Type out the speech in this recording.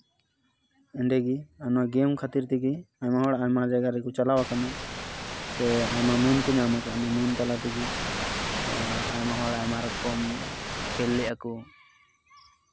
ᱚᱰᱮᱜᱮ ᱚᱱᱟ ᱜᱮᱢ ᱠᱷᱟᱹᱛᱤᱨ ᱛᱮᱜᱮ ᱟᱭᱢᱟ ᱦᱚᱲ ᱟᱭᱢᱟ ᱡᱟᱭᱜᱟ ᱨᱮᱠᱚ ᱪᱟᱞᱟᱣ ᱟᱠᱟᱱᱟ ᱥᱮ ᱟᱭᱢᱟ ᱢᱟᱹᱱ ᱠᱚ ᱧᱟᱢ ᱠᱟᱣᱱᱟ ᱢᱟᱹᱱ ᱛᱟᱞᱟ ᱛᱮᱜᱮ ᱟᱭᱢᱟ ᱦᱚᱲ ᱟᱭᱢᱟ ᱨᱚᱠᱚᱢ ᱠᱷᱮᱞ ᱞᱮᱜᱼᱟ ᱠᱚ